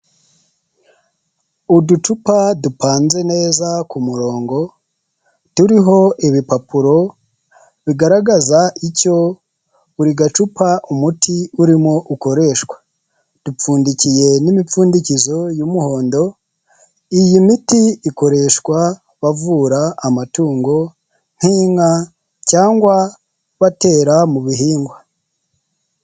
Uducupa dupanze neza ku murongo, turiho ibipapuro bigaragaza icyo buri gacupa umuti urimo ukoreshwa, dupfundikiye n'imipfundikizo y'umuhondo, iyi miti ikoreshwa bavura amatungo nk'inka cyangwa batera mu bihingwa.